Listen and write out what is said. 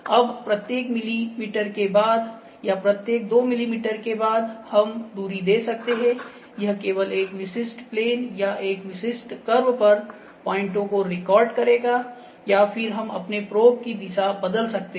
अब प्रत्येक मिमी के बाद या प्रत्येक 2 मिमी के बाद हम दूरी दे सकते हैं यह केवल एक विशिष्ट प्लेन पर या एक विशिष्ट कर्व पर पॉइंटो को रिकॉर्ड करेगा या फिर हम अपने प्रोब की दिशा बदल सकते हैं